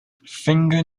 finger